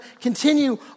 continue